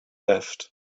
left